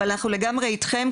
אבל אנחנו לגמרי אתכם,